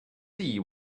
see